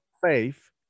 faith